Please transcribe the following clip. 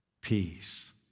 peace